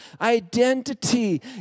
identity